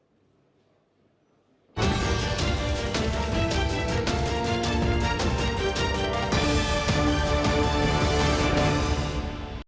дякую.